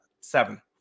seven